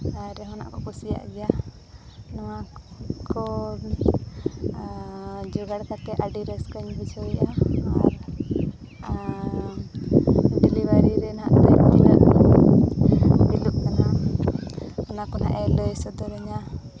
ᱟᱨ ᱡᱟᱦᱟᱱᱟᱜ ᱠᱚᱠᱚ ᱠᱩᱥᱤᱭᱟᱜ ᱜᱮᱭᱟ ᱱᱚᱣᱟ ᱠᱚ ᱡᱚᱜᱟᱲ ᱠᱟᱛᱮᱫ ᱟᱹᱰᱤ ᱨᱟᱹᱥᱠᱟᱹᱧ ᱵᱩᱡᱷᱟᱹᱣᱮᱜᱼᱟ ᱟᱨ ᱰᱮᱞᱤᱵᱷᱟᱨᱤ ᱨᱮᱱᱟᱜ ᱚᱱᱟ ᱠᱚ ᱦᱤᱡᱩᱜ ᱠᱟᱱᱟ ᱚᱱᱟ ᱠᱚ ᱱᱟᱜᱼᱮ ᱞᱟᱹᱭ ᱥᱚᱫᱚᱨᱟᱹᱧᱟ